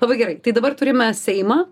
labai gerai tai dabar turime seimą